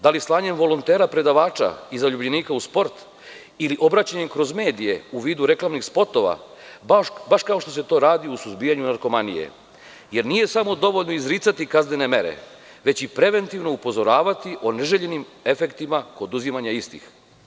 Da li slanjem volontera predavača i zaljubljenika u sport ili obraćanjem kroz medije u vidu reklamnih spotova, baš kao što se to radi u suzbijanju narkomanije, jer nije samo dovoljno izricati kaznene mere, već ih preventivno upozoravati o neželjenim efektima oduzimanja istih.